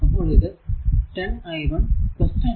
അപ്പോൾ ഇത് 10 i 1 10